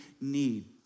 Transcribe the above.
need